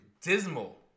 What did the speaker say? Dismal